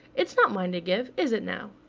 it's not mine to give. is it now?